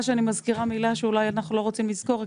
שאני מזכירה מילה שאולי אנחנו לא רוצים לזכור,